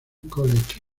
college